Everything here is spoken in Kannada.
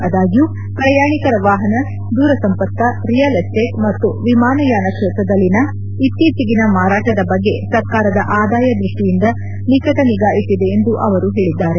ಆದಾಗ್ಲೂ ಪ್ರಯಾಣಿಕರ ವಾಹನ ದೂರ ಸಂಪರ್ಕ ರಿಯಲ್ ಎಸ್ಸೇಟ್ ಮತ್ತು ವಿಮಾನಯಾನ ಕ್ಷೇತ್ರದಲ್ಲಿನ ಇತ್ತೀಚಿಗಿನ ಮಾರಾಟದ ಬಗ್ಗೆ ಸರ್ಕಾರದ ಆದಾಯ ದೃಷ್ಟಿಯಿಂದ ನಿಕಟ ನಿಗಾ ಇಟ್ಟದೆ ಎಂದು ಅವರು ಹೇಳಿದ್ದಾರೆ